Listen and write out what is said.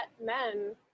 men